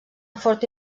forta